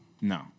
No